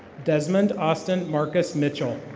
desmond austin marcus mitchell.